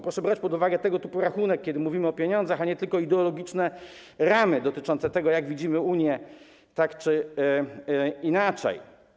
Proszę brać pod uwagę tego typu rachunek, kiedy mówimy o pieniądzach, a nie tylko ideologiczne ramy dotyczące tego jak widzimy Unię, tak czy inaczej.